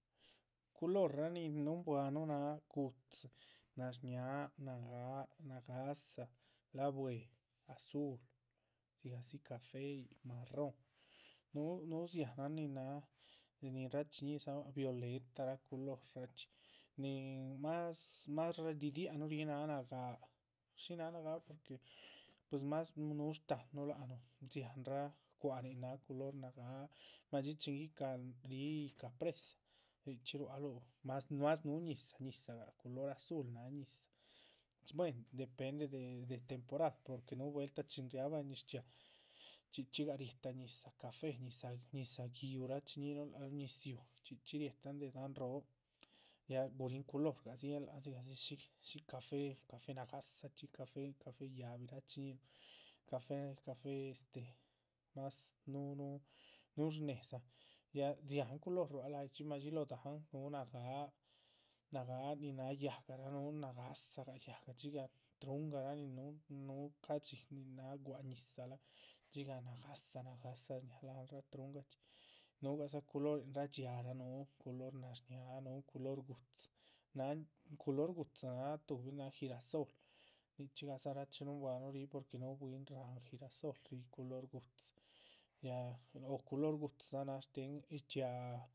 Culor´raa nin núhunbuanuh náha gu´dzi, nashñáaha, nagáa, nagáhsa, la´bue, azul, dzigahdzi café, marrón, n´hu núhu dzihanahn nin náha de ni rachiñíhidzanuh. violetaraa, culor´raachxi nihin más más ridiahanuh, ríhi náha nagáa, shínaha nagáa porque pues más núhu shtáhan núh lac nuh dziahanraa cwa´hanin náha culor. nagáa, madxí chin guicahal ríhi yícah presa richxí rualuh más más núhu ñizahgah culor azul náha ñizah, buéhen depende de temporada porque núhu vueltah chin. riábah ñiz chxiaa, chxí chxí gah riéheta ñizah café ñizah ñizah giúh, rachi ñíhinuh lác nuh, ñiziuh chxí chxí rietahn de dáhan roo ya guríhin culorgah dziéhen. láhan dzigahdzi shí café café ganáhzachxi, café café, yáhbi rachiñíhinuh café café, este más núhu núhu núhu shnéhedzan, ya dziáhan culor ruáluh aydxi. madxí lóho dahán núhu nagáa, nagáa nin náha yáhgarah núhu nagáhsagan yáhga dxigah trungarah nin núhun núhu ca´dxi nin náha gaha ñizahlaa dxigah nagáhsa nagáhsa. shñáha láhanraa trungachxi núhugadza culorinraa dxiáaraa nuhu culor nashñáaha, núhu culor gu´dzi, náhan culor gu´dzi náha tuhbin náha girasol, nichxígadza rachi. nuhunbuanuh ríh porque núhu bwín ráhan girasol ríh, culor gu´dzi, ya o culor gu´dzidza náha shtéen dxiáa